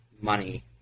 money